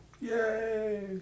Yay